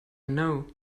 know